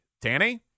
Danny